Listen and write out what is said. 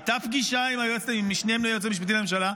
הייתה פגישה עם המשנה ליועצת המשפטית לממשלה,